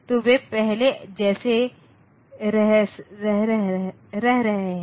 तोवे पहले जैसे रह रहे है